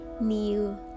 new